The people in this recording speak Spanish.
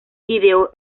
ideó